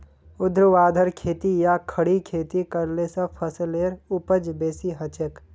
ऊर्ध्वाधर खेती या खड़ी खेती करले स फसलेर उपज बेसी हछेक